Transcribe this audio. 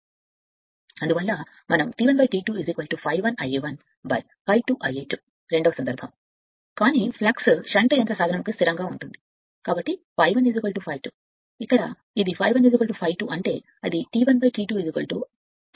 అందువల్ల మనం T 1ను T 2 ∅1 Ia ∅ 2 Ia Ia 2 రెండవ కేసు కాని ఫ్లక్స్ షంట్ యంత్ర సాధనముకు స్థిరంగా ఉంటుంది కాబట్టి ∅1 ∅ 2 ఇక్కడ ఇది ∅1 ∅ 2 అంటే అది 1I2 Ia గా ఉంటుంది